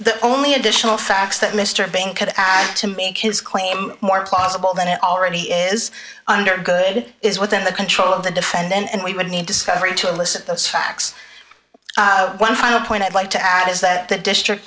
the only additional facts that mr bang could add to make his claim more possible than it already is under good is within the control of the defendant and we would need discovery to elicit those facts one final point i'd like to add is that the district